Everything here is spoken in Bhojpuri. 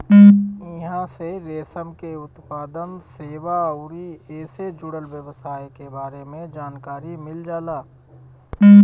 इहां से रेशम के उत्पादन, सेवा अउरी एसे जुड़ल व्यवसाय के बारे में जानकारी मिल जाला